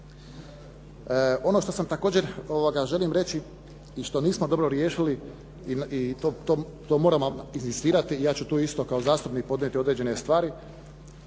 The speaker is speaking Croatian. Ono što također želim reći i što nismo dobro riješili i to moram inzistirati i ja ću tu isto kao zastupnik podnijeti određene stvari,